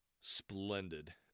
Splendid